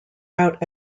out